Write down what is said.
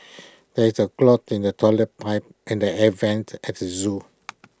there is A clog in the Toilet Pipe and the air Vents at the Zoo